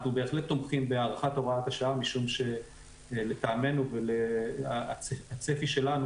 אנחנו בהחלט תומכים בהארכת הוראת השעה משום שלטעמנו ולפי הצפי שלנו,